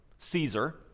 Caesar